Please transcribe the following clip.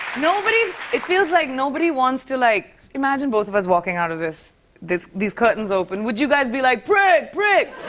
nobody it feels like nobody wants to like imagine both of us walking out of this this these curtains open. would you guys be like, prick! prick?